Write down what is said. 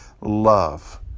love